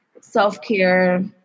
self-care